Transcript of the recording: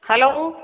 hello